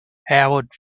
howard